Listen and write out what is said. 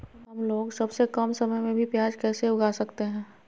हमलोग सबसे कम समय में भी प्याज कैसे उगा सकते हैं?